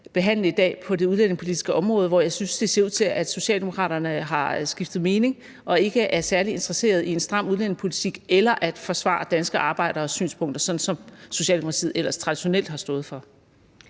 behandle i dag på det udlændingepolitiske område, hvor jeg synes det ser ud til at Socialdemokraterne har skiftet mening og ikke er særlig interesserede i en stram udlændingepolitik eller i at forsvare danske arbejderes synspunkter, som Socialdemokratiet ellers traditionelt har stået for.